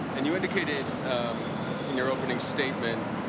and you indicated in your opening statement,